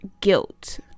guilt